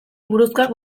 buruzkoak